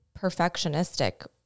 perfectionistic